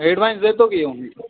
advance देतो की येऊन